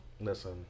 Listen